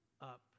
up